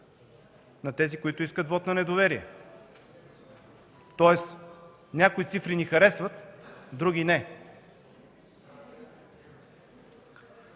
на тези, които искат вот на недоверие. Тоест, някои цифри ни харесват, други – не.